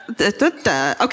okay